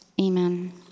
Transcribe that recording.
Amen